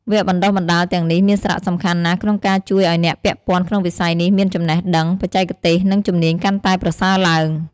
វគ្គបណ្តុះបណ្តាលទាំងនេះមានសារៈសំខាន់ណាស់ក្នុងការជួយឲ្យអ្នកពាក់ព័ន្ធក្នុងវិស័យនេះមានចំណេះដឹង បច្ចេកទេស និងជំនាញកាន់តែប្រសើរឡើង។